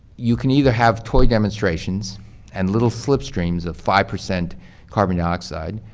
you can either have toy demonstrations and little slip streams of five percent carbon dioxide,